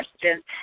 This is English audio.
questions